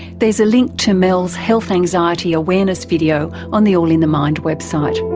there's a link to mel's health anxiety awareness video on the all in the mind website.